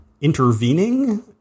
intervening